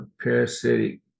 parasitic